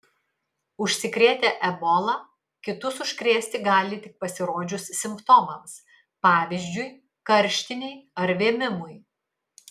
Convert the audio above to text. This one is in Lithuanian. užsikrėtę ebola kitus užkrėsti gali tik pasirodžius simptomams pavyzdžiui karštinei ar vėmimui